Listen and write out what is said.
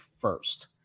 first